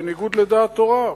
בניגוד לדעת תורה,